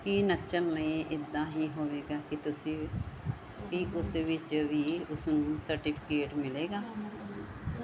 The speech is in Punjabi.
ਕੀ ਨੱਚਣ ਲਈ ਇੱਦਾਂ ਹੀ ਹੋਏਗਾ ਕੀ ਤੁਸੀਂ ਵੀ ਉਸ ਵਿੱਚ ਵੀ ਉਸ ਨੂੰ ਸਰਟੀਫਿਕੇਟ ਮਿਲੇਗਾ